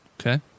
Okay